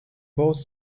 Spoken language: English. both